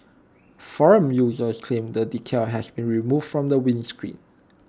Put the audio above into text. forum users claimed the decal has been removed from the windscreen